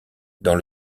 dans